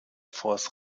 force